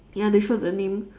ya they show the name